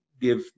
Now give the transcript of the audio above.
give